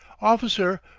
officer,